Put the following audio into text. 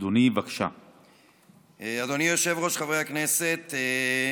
אף אחד לא התייחס אליו.